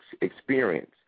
experience